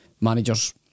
Managers